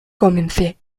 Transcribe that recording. comencé